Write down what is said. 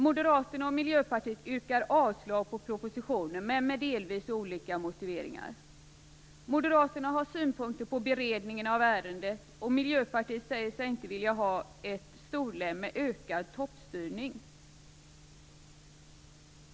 Moderaterna och Miljöpartiet yrkar avslag på propositionen, men med delvis olika motiveringar. Moderaterna har synpunkter på beredningen av ärendet och Miljöpartiet säger sig inte vilja ha ett storlän med ökad toppstyrning.